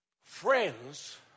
Friends